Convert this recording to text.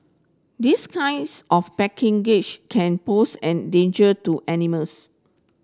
this kinds of packing gage can pose an danger to animals